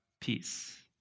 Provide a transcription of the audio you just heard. peace